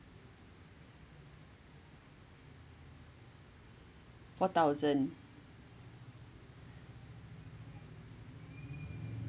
four thousand